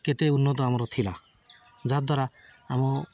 କେତେ ଉନ୍ନତ ଆମର ଥିଲା ଯାଦ୍ୱାରା ଆମ